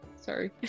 Sorry